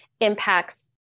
impacts